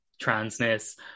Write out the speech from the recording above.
transness